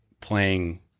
playing